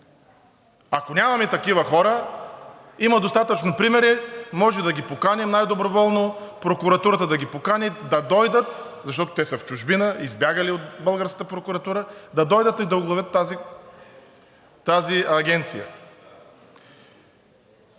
Ако нямаме такива хора, има достатъчно примери, може да ги поканим най-доброволно, прокуратурата да ги покани да дойдат, защото те са в чужбина, избягали от българската прокуратура, да дойдат и да оглавят тази агенция